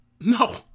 No